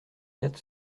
quatre